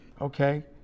okay